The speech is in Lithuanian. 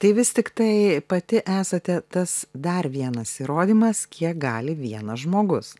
tai vis tiktai pati esate tas dar vienas įrodymas kiek gali vienas žmogus